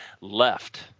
left